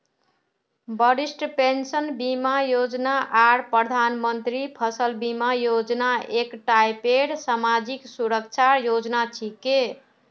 वरिष्ठ पेंशन बीमा योजना आर प्रधानमंत्री फसल बीमा योजना एक टाइपेर समाजी सुरक्षार योजना छिके